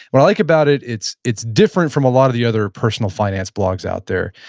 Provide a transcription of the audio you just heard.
what i like about it, it's it's different from a lot of the other personal finance blogs out there.